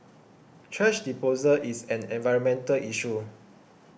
thrash disposal is an environmental issue